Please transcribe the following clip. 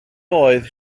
oedd